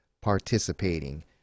participating